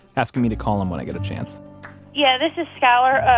asking me to call him when i get a chance yeah, this is skyler.